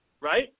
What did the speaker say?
right